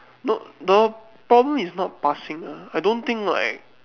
no the problem is not passing ah I don't think like